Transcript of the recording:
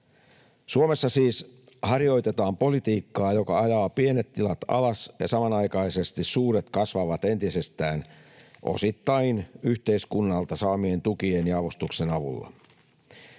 Suomessa siis harjoitetaan politiikkaa, joka ajaa pienet tilat alas, ja samanaikaisesti suuret kasvavat entisestään, osittain yhteiskunnalta saatujen tukien ja avustusten avulla.